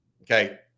Okay